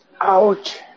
Ouch